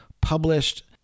published